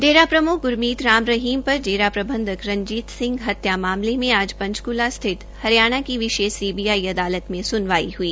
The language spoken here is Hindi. डेरा प्रमुख ग्रमीत राम रहीम पर डेरा प्रबंधक रंजीत सिंह हत्या मामले में आज पंचकला स्थित हरियाणा की विशेष सीबीआई अदालत में सुनवाई हई